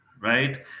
right